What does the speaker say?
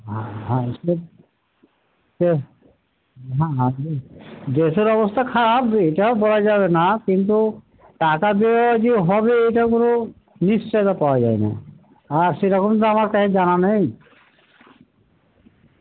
হ্যাঁ সে সে হ্যাঁ হ্যাঁ সে দেশের অবস্থা খারাপ এটাও বলা যাবে না কিন্তু টাকা দিয়েও যে হবে এটার কোনো নিশ্চয়তা পাওয়া যায় না হ্যাঁ সেরকম তো আমারটায় জানা নেই